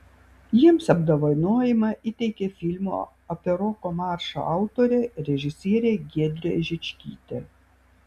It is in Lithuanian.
jiems apdovanojimą įteikė filmo apie roko maršą autorė režisierė giedrė žičkytė